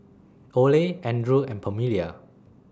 Oley Andrew and Pamelia